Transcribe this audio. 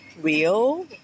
real